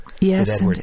Yes